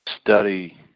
study